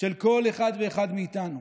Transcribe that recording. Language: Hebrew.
של כל אחד ואחד מאיתנו,